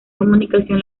comunicación